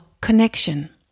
connection